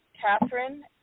Catherine